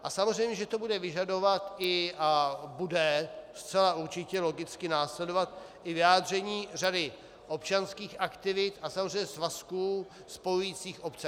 A samozřejmě to bude vyžadovat a bude zcela určitě a logicky následovat i vyjádření řady občanských aktivit a samozřejmě svazků spojujících obce.